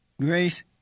Grace